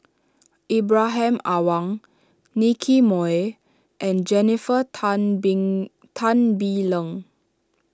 Ibrahim Awang Nicky Moey and Jennifer Tan Bee Tan Bee Leng